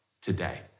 today